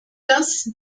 das